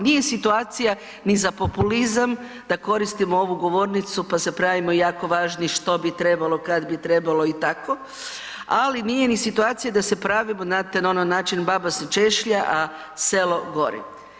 Nije situacija ni za populizam da koristimo ovu govornicu pa se pravimo jako važni što bi trebalo, kad bi trebalo i tako, ali nije ni situacija da se pravimo znate na onaj način baba se češlja, a selo gori.